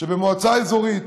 שבמועצה אזורית